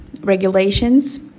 regulations